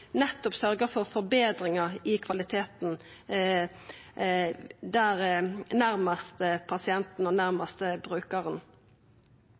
nettopp sørgjer for forbetringar av kvaliteten nærmast pasienten og nærmast brukaren.